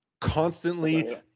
Constantly